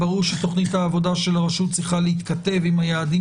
ברור שתוכנית העבודה של הרשות צריכה להתכתב עם היעדים